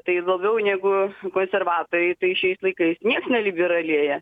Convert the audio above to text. tai labiau negu konservatoriai tai šiais laikais nieks neliberalėja